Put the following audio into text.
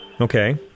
Okay